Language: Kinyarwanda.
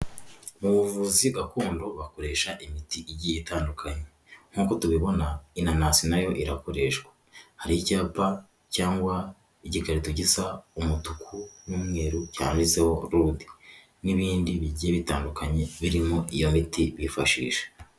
Mu buvuzi gakondo bakoresha imiti igiye itandukanye, nk'uko tubibona, inanasi n'ayo irakoreshwa, hari icyapa cyangwa igikarito gisa umutuku n'umweru cyanditseho rudi, n'ibindi bigiye bitandukanye birimo iyo miti bifashisha,